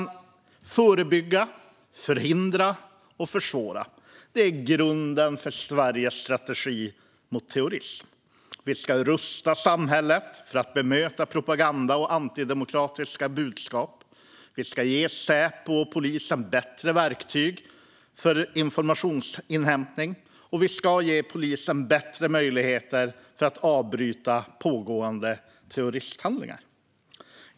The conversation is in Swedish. Att förebygga, förhindra och försvåra är grunden för Sveriges strategi mot terrorism. Vi ska rusta samhället för att bemöta propaganda och antidemokratiska budskap. Vi ska ge Säpo och polisen bättre verktyg för informationsinhämtning. Och vi ska ge polisen bättre möjligheter att avbryta pågående terroristhandlingar.